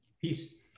Peace